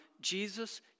Jesus